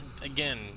Again